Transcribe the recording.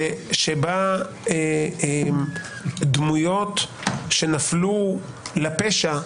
בה דמויות שנפלו לפשע,